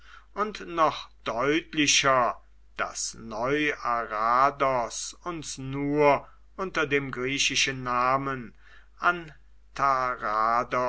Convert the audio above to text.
und noch deutlicher daß neu arados uns nur unter dem griechischen namen antarados